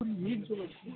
meals చేస్తున్నారా